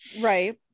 Right